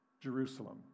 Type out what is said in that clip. Jerusalem